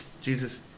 Jesus